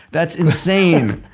that's insane.